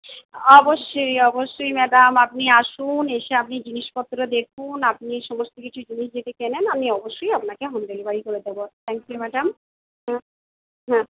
অবশ্যই অবশ্যই ম্যাডাম আপনি আসুন এসে আপনি জিনিসপত্র দেখুন আপনি সমস্ত কিছু জিনিস যদি কেনেন আমি অবশ্যই আপনাকে হোম ডেলিভারি করে দেব thank you madam hmm hmm